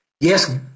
Yes